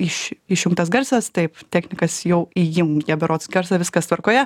iš išjungtas garsas taip technikas jau įjungė berods garsą viskas tvarkoje